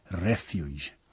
refuge